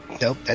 nope